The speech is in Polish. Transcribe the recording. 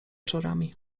czorami